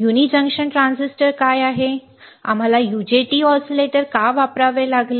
युनि junction transistor काय आहेत आणि आम्हाला UJT ऑसीलेटर का वापरावे लागले